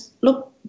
look